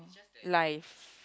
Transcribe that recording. life